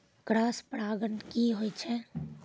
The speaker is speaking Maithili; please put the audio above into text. क्रॉस परागण की होय छै?